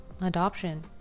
adoption